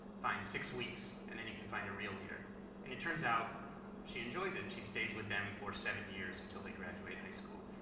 fine. six weeks and then you can find a real leader and it turns out she enjoys it and she stays with them for seven years until they graduated high school.